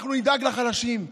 אנחנו נדאג לחלשים,